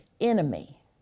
enemy